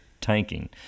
tanking